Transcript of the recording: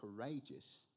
courageous